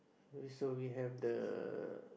we so we have the